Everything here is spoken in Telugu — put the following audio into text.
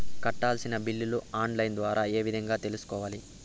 కట్టాల్సిన బిల్లులు ఆన్ లైను ద్వారా ఏ విధంగా తెలుసుకోవాలి?